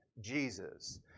Jesus